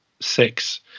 six